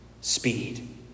speed